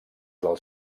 dels